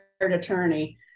attorney